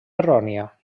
errònia